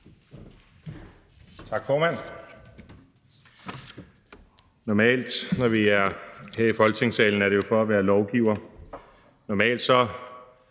Tak, formand. Normalt er vi her i Folketingssalen for at være lovgivere, og normalt er